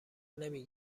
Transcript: نمی